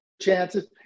chances